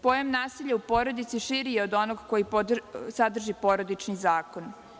Pojam nasilja u porodici širi je od onog koji sadrži Porodični zakon.